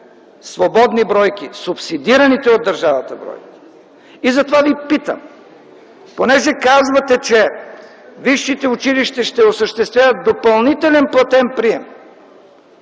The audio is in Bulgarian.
свободни бройки, субсидираните от държавата бройки. Затова ви питам, понеже казвате, че висшите училища ще осъществяват допълнителен платен прием